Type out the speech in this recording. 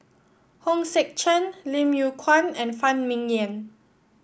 Hong Sek Chern Lim Yew Kuan and Phan Ming Yen